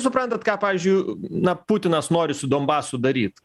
suprantat ką pavyzdžiui na putinas nori su donbasu daryt